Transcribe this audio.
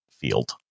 field